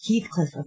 Heathcliff